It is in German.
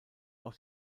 auch